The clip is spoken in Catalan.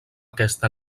aquest